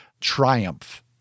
triumph